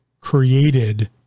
created